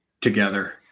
together